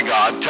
God